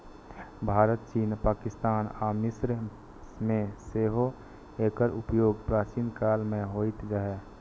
भारत, चीन, पाकिस्तान आ मिस्र मे सेहो एकर उपयोग प्राचीन काल मे होइत रहै